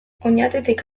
oñatitik